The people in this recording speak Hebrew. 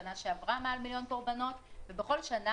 בשנה שעברה מעל מיליון קורבנות ובכל שנה